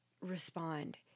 respond